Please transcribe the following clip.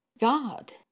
God